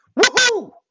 Woohoo